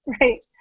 Right